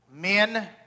Men